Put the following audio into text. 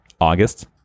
August